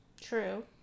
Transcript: True